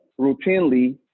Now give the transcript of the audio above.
routinely